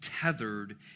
tethered